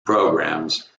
programs